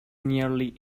nearly